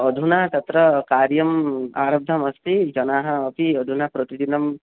अधुना तत्र कार्यम् आरब्धमस्ति जनाः अपि अधुना प्रतिदिनम्